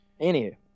Anywho